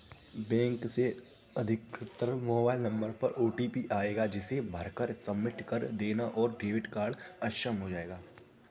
bank से अधिकृत mobile number पर ओटीपी आएगा जिसे भरकर सबमिट कर देना है और डेबिट कार्ड अक्षम हो जाएगा